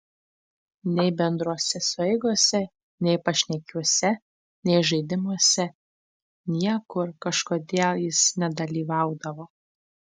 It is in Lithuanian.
nei bendrose sueigose nei pašnekesiuose nei žaidimuose niekur kažkodėl jis nedalyvaudavo